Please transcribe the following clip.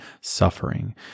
suffering